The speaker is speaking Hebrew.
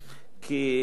כי למעשה,